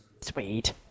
Sweet